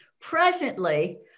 Presently